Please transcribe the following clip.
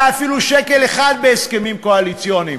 אפילו שקל אחד בהסכמים קואליציוניים,